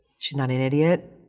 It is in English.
she's not an idiot.